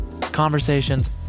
Conversations